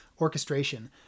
orchestration